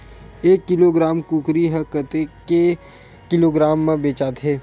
एक किलोग्राम कुकरी ह कतेक किलोग्राम म बेचाथे?